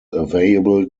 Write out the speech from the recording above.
available